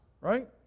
right